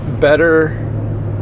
better